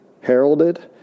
heralded